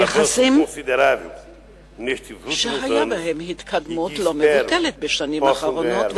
יחסים שהיתה בהם התקדמות לא מבוטלת בשנים האחרונות,